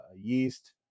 yeast